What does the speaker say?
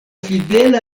fidela